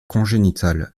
congénitale